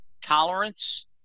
tolerance